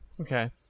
Okay